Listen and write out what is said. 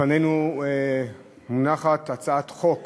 לפנינו מונחת הצעת חוק